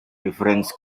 reference